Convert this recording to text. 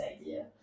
idea